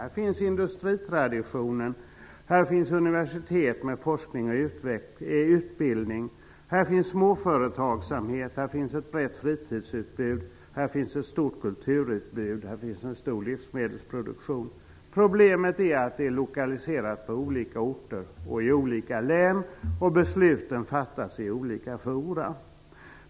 Där finns industritraditionen. Där finns universitet med forskning och utbildning. Där finns småföretagsamhet. Där finns ett brett fritidsutbud och ett stort kulturutbud. Där finns en stor livsmedelsproduktion. Problemet är att det här är lokaliserat till olika orter och olika län och att beslut fattas i olika forum.